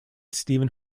stephen